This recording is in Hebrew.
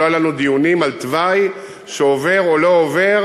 לא היו לנו דיונים על תוואי שעובר או לא עובר,